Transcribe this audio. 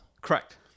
Correct